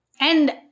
And-